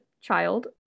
child